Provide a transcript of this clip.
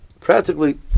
practically